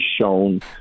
shown